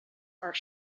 are